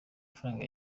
mafaranga